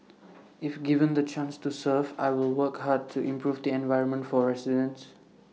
if given the chance to serve I will work hard to improve the environment for residents